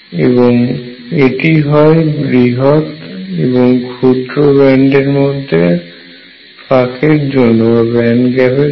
এবং এটি হয় বৃহৎ এবং ক্ষুদ্র ব্যান্ডের মধ্যে ফাঁকার জন্য